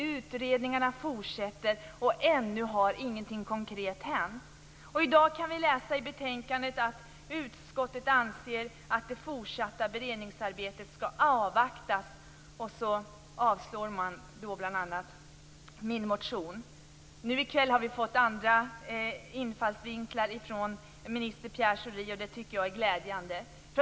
Utredningarna fortsätter, och ännu har ingenting konkret hänt. I dag kan vi läsa i betänkandet att "utskottet anser att det fortsatta beredningsarbetet ska avvaktas", och så avslår man bl.a. min motion. I kväll har vi fått andra infallsvinklar från minister Pierre Schori, vilket jag tycker är glädjande.